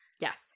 Yes